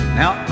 now